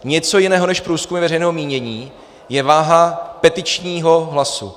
Něco jiného než průzkumy veřejného mínění je váha petičního hlasu.